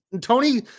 Tony